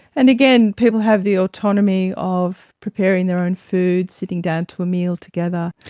and again, people have the autonomy of preparing their own food, sitting down to a meal together.